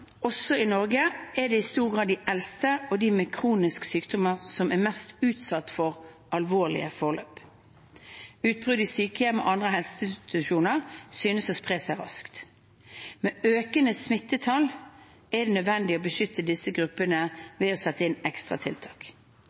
også i Norge, er det i stor grad de eldste og de med kroniske sykdommer som er mest utsatt for alvorlige forløp. Utbrudd i sykehjem og andre helseinstitusjoner synes å spre seg raskt. Med økende smittetall er det nødvendig å beskytte disse gruppene ved å sette inn ekstra tiltak.